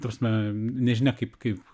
ta prasme nežinia kaip kaip